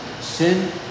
sin